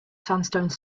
sandstone